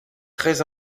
très